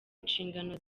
nshingano